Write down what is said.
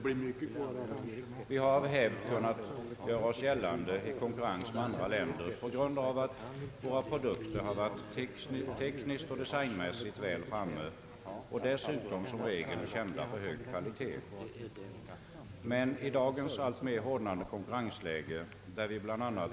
Vi har av hävd kunnat göra oss gällande i konkurrens med andra länder tack vare att våra produkter har varit tekniskt och detaljmässigt väl framme och dessutom som regel kända för hög kvalitet. Men i dagens alltmer hårdnande konkurrensläge, där vi bla.